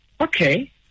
okay